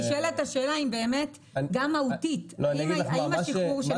ונשאלת השאלה גם מהותית האם השחרור של